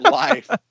life